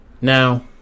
Now